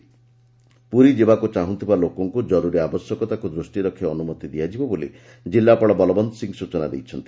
ଜିଲ୍ଲକୁ ଯିବାକୁ ଚାହୁଁଥିବା ଲୋକଙ୍କ ଜରୁରୀ ଆବଶ୍ୟକତାକୁ ଦୃଷ୍ଟିରେ ରଖି ଅନୁମତି ଦିଆଯିବ ବୋଲି ଜିଲ୍ଲାପାଳ ବଲବନ୍ତ ସିଂହ ସୂଚନା ଦେଇଛନ୍ତି